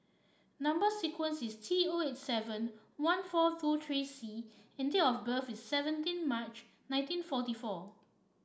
number sequence is T O eight seven one four two three C and date of birth is seventeen March nineteen forty four